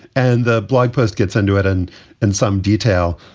and the blogpost gets under it and in some detail.